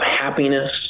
happiness